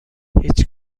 هیچ